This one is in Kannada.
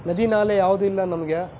ನದಿ ನಾಲೆ ಯಾವುದು ಇಲ್ಲ ನಮಗೆ